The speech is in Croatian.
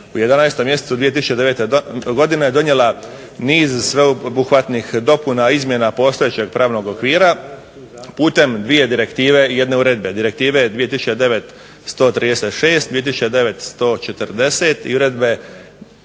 u 11. mjesecu 2009. godine donijela niz sveobuhvatnih dopuna, izmjena postojećeg pravnog okvira putem dvije direktive i jedne uredbe – Direktive 2009./136, 2009./140 i Uredbe